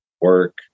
work